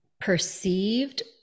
perceived